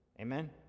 Amen